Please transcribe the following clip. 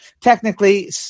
technically